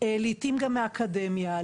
לעתים גם מהאקדמיה,